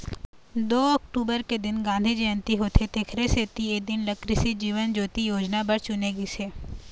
दू अक्टूबर के दिन गांधी जयंती होथे तेखरे सेती ए दिन ल कृसि जीवन ज्योति योजना बर चुने गिस हे